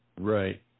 Right